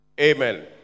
Amen